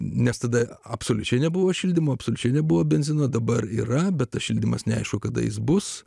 nes tada absoliučiai nebuvo šildymo absoliučiai nebuvo benzino dabar yra bet šildymas neaišku kada jis bus